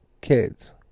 kids